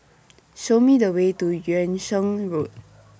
Show Me The Way to Yung Sheng Road